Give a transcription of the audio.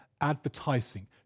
Advertising